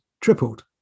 tripled